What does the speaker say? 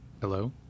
Hello